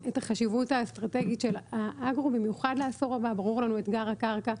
ברור לנו אתגר הקרקע.